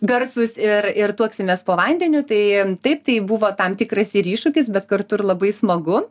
garsūs ir ir tuoksimės po vandeniu tai taip tai buvo tam tikras ir iššūkis bet kartu ir labai smagu